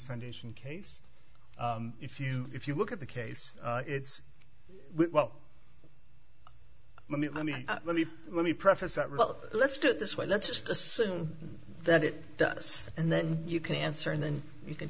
foundation case if you if you look at the case it's well let me let me let me let me preface that wrote let's do it this way let's just assume that it does and then you can answer and then you can